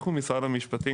אנחנו משרד המשפטים,